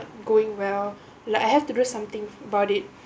going well like I have to do something about it